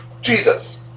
Jesus